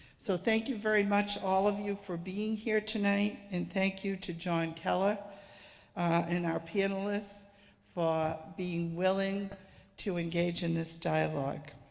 so thank you very much, all of you, for being here tonight, and thank you to jon keller and our panelists for being willing to engage in this dialogue.